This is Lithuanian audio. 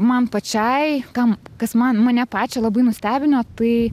man pačiai kam kas man mane pačią labai nustebino tai